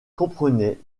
comprenait